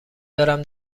برم